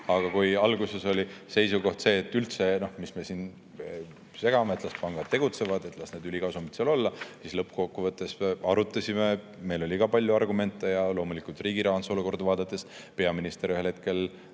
Aga kui alguses oli seisukoht üldse see, et mis me siin segame, las pangad tegutsevad, las need ülikasumid seal olla, siis lõppkokkuvõttes seda arutasime, meil oli ka palju argumente ja loomulikult riigi rahanduse olukorda vaadates peaminister ühel hetkel